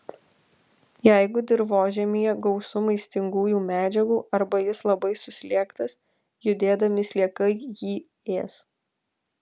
jeigu dirvožemyje gausu maistingųjų medžiagų arba jis labai suslėgtas judėdami sliekai jį ės